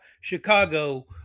Chicago